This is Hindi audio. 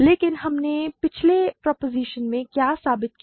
लेकिन हमने पिछले प्रोपोज़िशन में क्या साबित किया